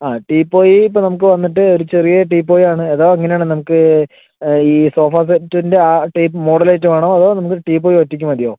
ആ ടീപ്പോയ് ഇപ്പം നമുക്ക് വന്നിട്ട് ഒര് ചെറിയ ടീപ്പോയ് ആണ് അതോ ഇങ്ങനെ ആണ് നമ്മക്ക് ഈ സോഫാ സെറ്റിൻ്റ ആ ടൈപ്പ് മോഡൽ ആയിട്ട് വേണോ അതോ നിങ്ങൾക്ക് ഒര് ടീപ്പോയ് ഒറ്റയ്ക്ക് മതിയോ